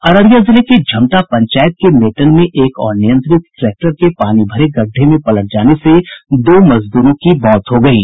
अररिया जिले के झमटा पंचायत के मेटन में एक अनियंत्रित ट्रैक्टर के पानी भरे गड्ढे में पलट जाने से दो मजदूरों की मौत हो गयी